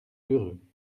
heureux